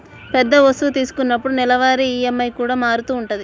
పెద్ద వస్తువు తీసుకున్నప్పుడు నెలవారీ ఈఎంఐ కూడా మారుతూ ఉంటది